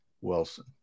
Wilson